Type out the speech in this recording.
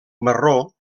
marró